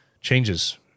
changes